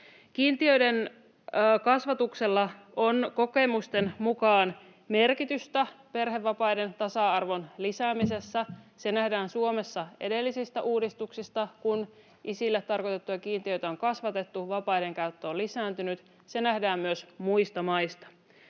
Kiintiöiden kasvatuksella on kokemusten mukaan merkitystä perhevapaiden tasa-arvon lisäämisessä. Se nähdään Suomessa edellisistä uudistuksista; kun isille tarkoitettuja kiintiöitä on kasvatettu, vapaiden käyttö on lisääntynyt. Se nähdään myös muista maista.